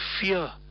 fear